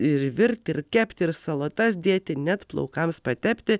ir virt ir kept ir į salotas dėti net plaukams patepti